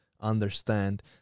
understand